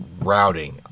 routing